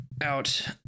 out